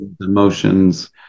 emotions